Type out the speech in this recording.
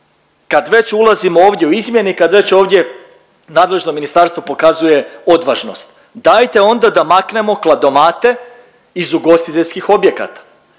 kad već ulazimo ovdje u izmjene i kad već ovdje nadležno ministarstvo pokazuje odvažnost. Dajte onda da maknemo kladomate iz ugostiteljskih objekata.